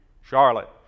Charlotte